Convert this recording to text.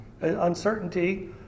Uncertainty